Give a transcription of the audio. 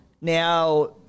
Now